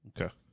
Okay